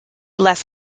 less